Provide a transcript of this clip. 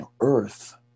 Earth